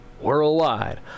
Worldwide